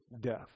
death